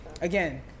again